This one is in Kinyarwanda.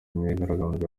imyigaragambyo